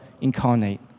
incarnate